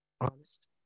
honest